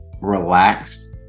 relaxed